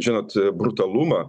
žinot brutalumą